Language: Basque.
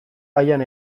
aian